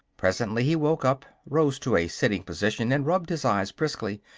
presently he woke up, rose to a sitting position and rubbed his eyes briskly.